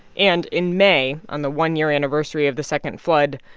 and in may, on the one-year anniversary of the second flood,